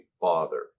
father